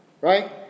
right